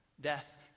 death